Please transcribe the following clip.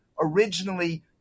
originally